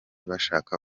bashaka